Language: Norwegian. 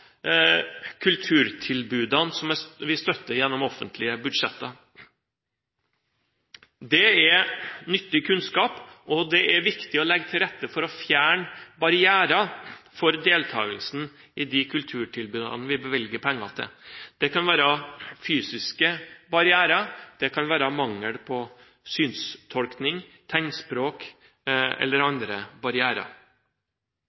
kulturtilbudene som vi støtter gjennom offentlige budsjetter. Det er nyttig kunnskap, og det er viktig å legge til rette for å fjerne barrierer for deltakelsen i de kulturtilbudene vi bevilger penger til. Det kan være fysiske barrierer, mangel på synstolkning, tegnspråk eller